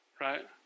right